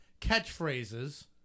catchphrases